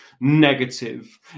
negative